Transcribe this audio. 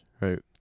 right